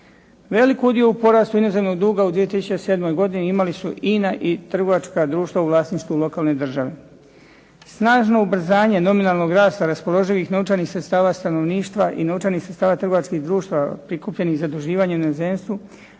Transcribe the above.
Velik udio u porastu inozemnog duga u 2007. godini imali su INA i trgovačka društva u vlasništvu lokalne države. Snažno ubrzanje nominalnog rasta raspoloživih novčanih sredstava stanovništva i novčanih sredstava trgovačkih društava prikupljenih za zaduživanje u inozemstvu